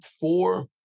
four